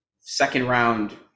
second-round